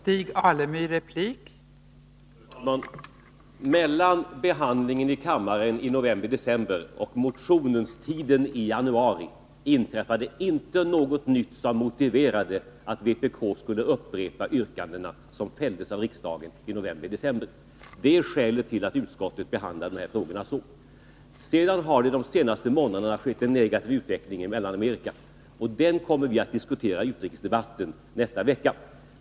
Fru talman! Mellan behandlingen i kammaren i november-december och motionstiden i januari inträffade inte något nytt som motiverade att vpk skulle upprepa yrkandena som fälldes av riksdagen i november-december. Det är skälet till det sätt som utskottet behandlat dessa frågor på. Sedan har det under de senaste månaderna skett en negativ utveckling i Mellanamerika, och den kommer vi att diskutera i utrikesdebatten nästa vecka.